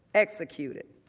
executed.